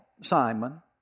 Simon